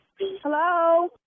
hello